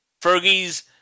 Fergie's